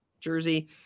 Jersey